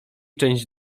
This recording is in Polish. część